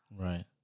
Right